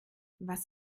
was